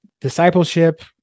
discipleship